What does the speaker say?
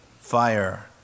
fire